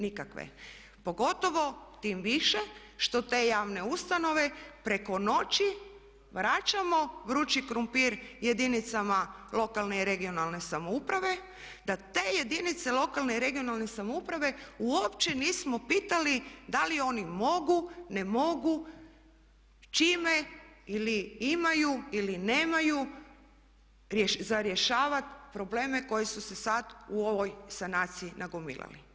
Nikakve, pogotovo tim više što te javne ustanove preko noći vraćamo vrući krumpir jedinicama lokalne i regionalne samouprave, da te jedinice lokalne i regionalne samouprave uopće nismo pitali da li oni mogu, ne mogu, čime ili imaju ili nemaju za rješavat probleme koji su se sad u ovoj sanaciji nagomilali.